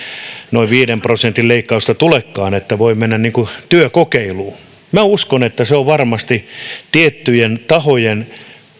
noin viiden prosentin leikkausta tulekaan ja voi mennä niin kuin työkokeiluun uskon että se on varmasti tiettyjen tahojen